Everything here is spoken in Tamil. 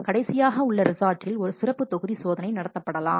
கடைசியாக உள்ள ரிசார்ட்டில் ஒரு சிறப்பு தொகுதி சோதனை நடத்தப்படலாம்